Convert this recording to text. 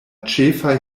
ĉefaj